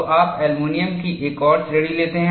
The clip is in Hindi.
तो आप एल्यूमीनियम की एक और श्रेणी लेते हैं